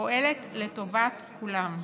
פועלת לטובת כולם.